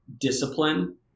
discipline